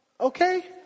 Okay